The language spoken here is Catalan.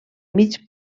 mig